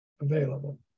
Available